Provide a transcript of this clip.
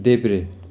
देब्रे